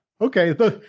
okay